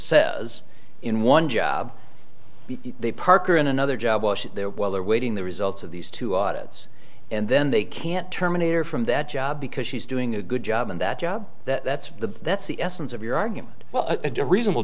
says in one job they park or in another job there while they're waiting the results of these two audits and then they can't terminator from that job because she's doing a good job and that job that's the that's the essence of your argument well to reasonable